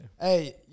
Hey